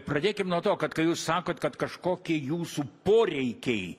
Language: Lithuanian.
pradėkim nuo to kad kai jūs sakot kad kažkokie jūsų poreikiai